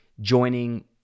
joining